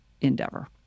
endeavor